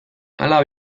hala